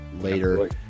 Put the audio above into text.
later